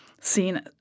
seen